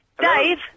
Dave